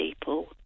people